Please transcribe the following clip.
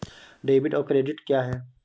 Debit और credit क्या है?